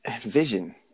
vision